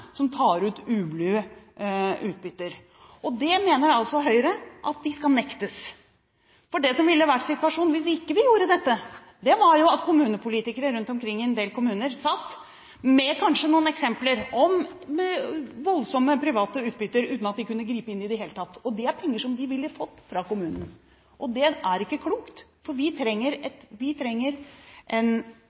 som tar ut ublue utbytter. Det mener altså Høyre at de skal nektes. For det som ville vært situasjonen hvis vi ikke gjorde dette, var at kommunepolitikere rundt omkring i en del kommuner kanskje satt med noen eksempler på voldsomme private utbytter uten at de kunne gripe inn i det hele tatt, og det er penger som de ville fått fra kommunen. Det er ikke klokt, for vi trenger